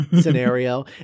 scenario